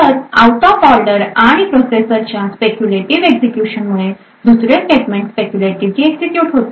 तर out of order आणि प्रोसेसरच्या स्पेक्युलेटीव एक्झिक्युशन मुळे दुसरे स्टेटमेंट स्पेक्युलेटीवली एक्झिक्युट होते